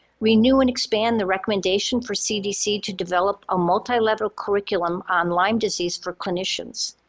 we knew and expand the recommendation for cdc to develop a multilevel curriculum on lyme disease for clinicians.